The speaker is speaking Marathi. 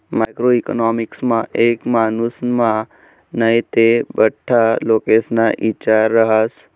मॅक्रो इकॉनॉमिक्समा एक मानुसना नै ते बठ्ठा लोकेस्ना इचार रहास